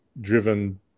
driven